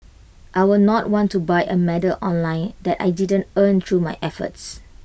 I will not want to buy A medal online that I didn't earn through my own efforts